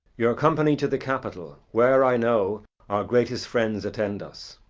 your company to the capitol where, i know, our greatest friends attend us.